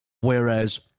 Whereas